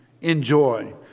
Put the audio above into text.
enjoy